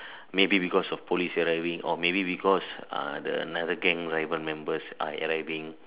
maybe because of police gathering or maybe because uh the another gang members are arriving